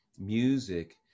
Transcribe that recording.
music